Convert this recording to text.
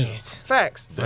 Facts